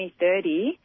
2030